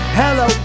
hello